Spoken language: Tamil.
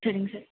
சரிங்க சார்